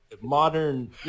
modern